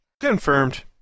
Confirmed